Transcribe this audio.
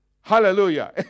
Hallelujah